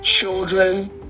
children